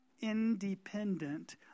independent